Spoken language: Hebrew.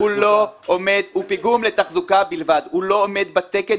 הוא פיגום לתחזוקה הוא אינו עומד בתקנים